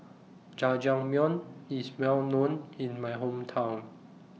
Jajangmyeon IS Well known in My Hometown